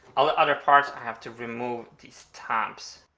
all the other parts i have to remove these tabs.